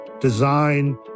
design